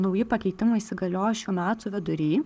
nauji pakeitimai įsigalios šių metų vidury